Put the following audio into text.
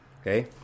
okay